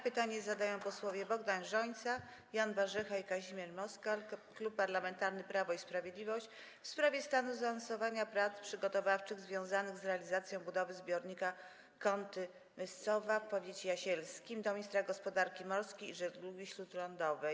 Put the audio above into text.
Pytanie zadają posłowie Bogdan Rzońca, Jan Warzecha i Kazimierz Moskal, Klub Parlamentarny Prawo i Sprawiedliwość, w sprawie stanu zaawansowania prac przygotowawczych związanych z realizacją budowy zbiornika Kąty - Myscowa w powiecie jasielskim - do ministra gospodarki morskiej i żeglugi śródlądowej.